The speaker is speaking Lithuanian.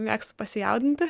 mėgstu pasijaudinti